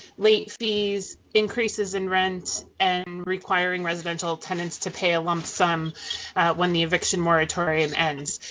late fees, increases in rent, and requiring residential tenants to pay a lump sum when the eviction moratorium ends.